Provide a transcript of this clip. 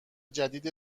جدید